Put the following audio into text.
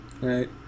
Right